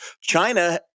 China